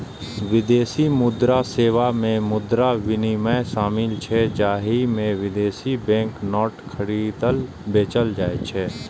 विदेशी मुद्रा सेवा मे मुद्रा विनिमय शामिल छै, जाहि मे विदेशी बैंक नोट खरीदल, बेचल जाइ छै